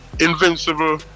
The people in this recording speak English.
invincible